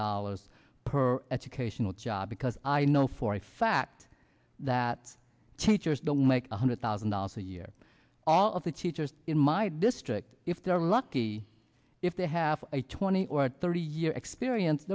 dollars per educational job because i know for a fact that teachers don't make one hundred thousand dollars a year all of the teachers in my district if they're lucky if they have a twenty or thirty year experience